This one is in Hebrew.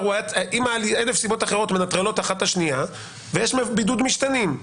אלף סיבות אחרות מנטרלות אחת את השנייה ויש בידוד משתנים.